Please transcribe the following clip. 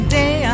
day